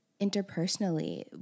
interpersonally